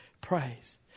praise